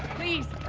please.